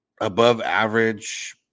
above-average